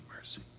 mercy